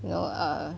you know uh